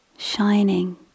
Shining